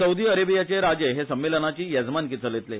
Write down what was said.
सौदी अरेबियाचे राजे हे संमेलनाची येजमानकी चलयतले